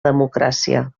democràcia